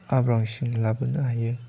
हाब्रांसिम लाबोनो हायो